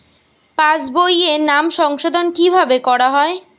পাশ বইয়ে নাম সংশোধন কিভাবে করা হয়?